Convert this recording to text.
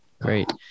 Great